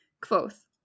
Quoth